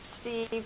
Steve